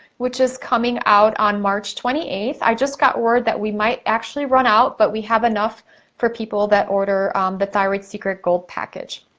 which is coming out on march twenty eighth. i just got word that we might actually run out, but we have enough for people that order the thyroid secret gold package.